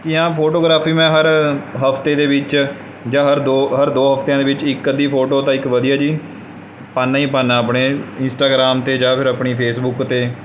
ਕਿ ਹਾਂ ਫੋਟੋਗ੍ਰਾਫੀ ਮੈਂ ਹਰ ਹਫ਼ਤੇ ਦੇ ਵਿੱਚ ਜਾਂ ਹਰ ਦੋ ਹਰ ਦੋ ਹਫ਼ਤਿਆਂ ਦੇ ਵਿੱਚ ਇੱਕ ਅੱਧੀ ਫੋਟੋ ਤਾਂ ਇੱਕ ਵਧੀਆ ਜੀ ਪਾਉਂਦਾ ਹੀ ਪਾਉਂਦਾ ਆਪਣੇ ਇੰਸਟਾਗਰਾਮ 'ਤੇ ਜਾਂ ਫਿਰ ਆਪਣੀ ਫੇਸਬੁੱਕ 'ਤੇ